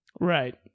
right